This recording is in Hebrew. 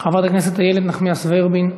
חברת הכנסת איילת נחמיאס ורבין,